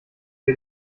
wir